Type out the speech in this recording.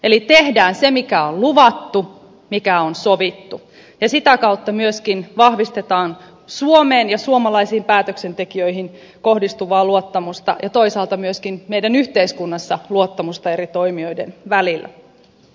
eli tehdään se mikä on luvattu mikä on sovittu ja sitä kautta myöskin vahvistetaan suomeen ja suomalaisiin päätöksentekijöihin kohdistuvaa luottamusta ja toisaalta myöskin meidän yhteiskunnassamme luottamusta eri toimijoiden välillä